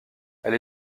elle